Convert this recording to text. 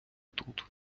тут